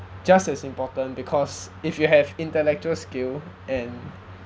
just as important because if you have intellectual skill and